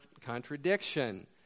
contradiction